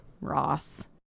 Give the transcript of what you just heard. Ross